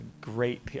great